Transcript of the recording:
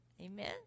Amen